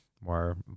more